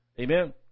Amen